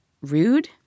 rude